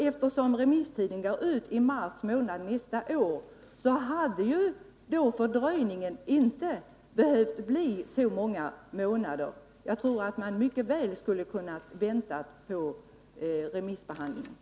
Eftersom remisstiden går ut i mars månad nästa år, hade fördröjningen inte behövt bli så många månader. Jag tror att man mycket väl hade kunnat vänta på remissbehandlingen.